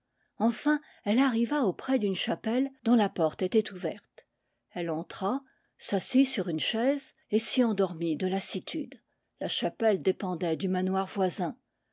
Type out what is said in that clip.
enfin elle arriva auprès d'une chapelle dont la porte était ouverte elle entra s'assit sur une chaise et s'y endormit de lassitude la chapelle dépendait du manoir voisin